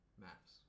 Maps